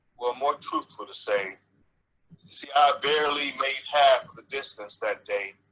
well more truthful to say, you see i barely made half the distance that day.